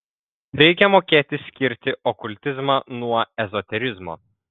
reikia mokėti skirti okultizmą nuo ezoterizmo